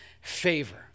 favor